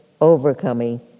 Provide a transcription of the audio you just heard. overcoming